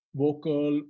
vocal